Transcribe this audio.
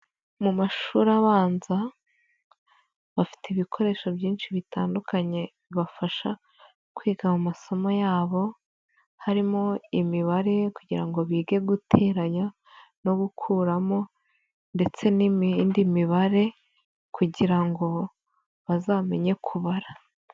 Mu mashuri abanza bafite ibikoresho byinshi bitandukanye bibafasha kwiga mu masomo yabo, harimo imibare kugira ngo bige guteranya no gukuramo ndetse n'indi mibare kugira ngo bazamenye kubara.